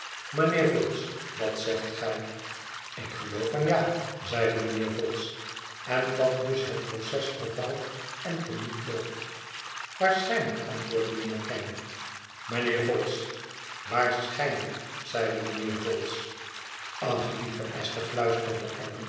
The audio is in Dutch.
mijnheer vholes wat zegt gij ik geloof van ja zeide mijnheer vholes en dat dus het proces vervalt en te niet loopt waarschijnlijk antwoordde mijnheer kenge mijnheer vholes waarschijnlijk zeide mijnheer vholes ach lieve esther